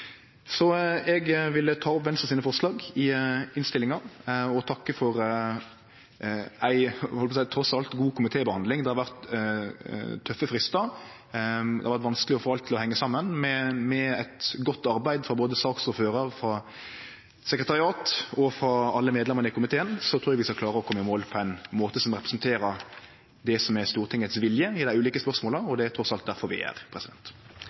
Så eg vil ta opp Venstre sine forslag i innstillinga og takke for trass alt ei god komitébehandling. Det har vore tøffe fristar, og det har vore vanskeleg å få alt til å hengje saman, men med eit godt arbeid frå både saksordføraren, frå sekretariatet og frå alle medlemane i komiteen, så trur eg vi skal klare å kome i mål på ein måte som representerer det som er Stortingets vilje i dei ulike spørsmåla, og det er trass alt derfor vi